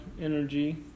energy